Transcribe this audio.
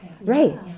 Right